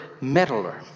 meddler